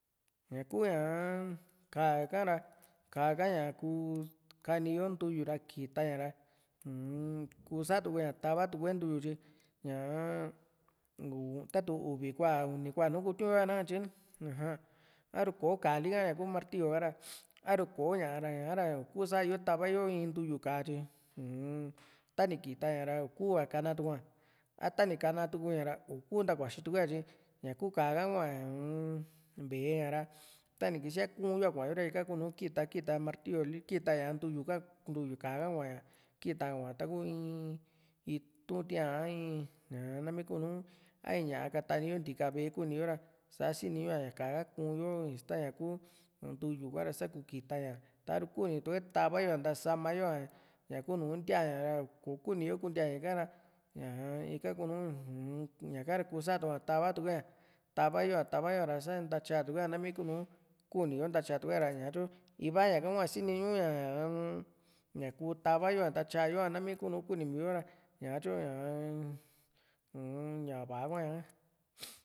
ña kuu ñaa ka´a ka ra ka´a ka ña kuu kaniyo ntuyu ra kitaña ra uu-n satukuña tava ña ntuyu tyi ña tatu ivi unim kuaa nu kutiu´n yo´a nakatye ni aja aru kó´o Kali ka ña kuu martillo ka´ra a´ru koña ra ña´ra ii kusayo tava yo iin ntuyu ka´a tyi uu- n tani kita ña ra ni ku´ka kana tu´a a tani kamatu´ a ra nii kuu ntakuaxituku a tyi ñaku ka´a ha hua u-n vee a´ra tani kisíaa kun´yo a kua´era ika kunu kita kita martillu li kita ntuyuli ha ntuyu ka´a ha kuaa´ña kitaa kuaa´ña taku taku in itu´n tíaa a in ña nami kunu a in ñaa katani yo ntika ve´e kuniyo ra sá siniñu´a ka´a ha kuuyo ista ña ku ntuyu ka ra sa kuu kita ña taru kuuni tuku´e tava yoá ntasama yo´a ña kuu nùù ntiaña ra kuuni yo kuntia ñaka ra ñaa ika kuu nu uum ñaka ra kuu satuku´a tavatu kue´a tava yo´tava yo´a ra sa ntatyatukue´a nami kuni yo ntatyatukue ra ñatyu iva ñaka hua siniñu ñá´a ñakuu tava yo a ntatya yo´a nami kuní miu´ra ñatyuu ñaa un ña va´a hua´a